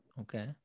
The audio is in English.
Okay